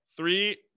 Three